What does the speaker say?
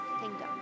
kingdom